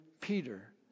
Peter